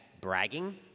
bragging